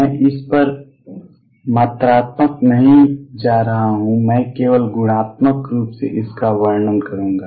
मैं इस पर मात्रात्मक नहीं जा रहा हूं मैं केवल गुणात्मक रूप से इसका वर्णन करूंगा